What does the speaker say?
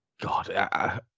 God